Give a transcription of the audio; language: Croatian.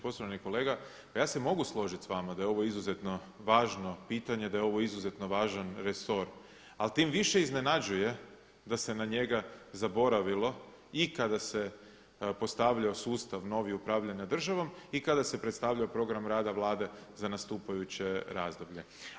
Poštovani kolega, ja se mogu složiti s vama da je ovo izuzetno važno pitanje, da je ovo izuzetno važan resor, al tim više iznenađuje da se na njega zaboravilo i kada se postavljao sustav novi upravljanja državom i kada se predstavljao program rada Vlade za nastupajuće razdoblje.